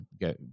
go